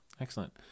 Excellent